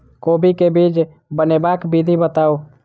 कोबी केँ बीज बनेबाक विधि बताऊ?